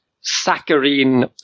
saccharine